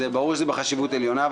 ברור שזה בחשיבות עליונה.